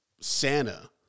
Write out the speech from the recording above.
Santa